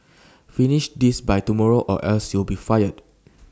finish this by tomorrow or else you'll be fired